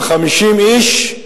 כ-50 איש,